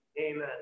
Amen